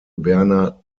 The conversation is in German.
berner